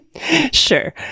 Sure